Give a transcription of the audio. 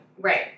Right